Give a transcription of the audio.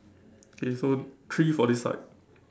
okay so three for this side